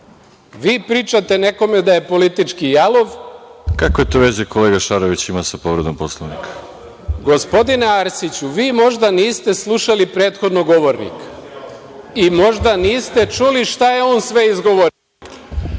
pričate nekom da je politički jalov…(Predsedavajući: Kakve to veze, kolega Šaroviću, ima sa povredom Poslovnika?)Gospodine Arsiću, vi možda niste slušali prethodnog govornika i možda niste čuli šta je on sve izgovorio…